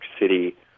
City